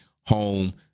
home